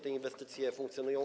Te inwestycje funkcjonują.